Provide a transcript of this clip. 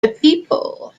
people